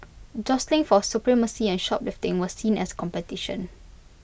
jostling for supremacy and shoplifting was seen as competition